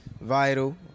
VITAL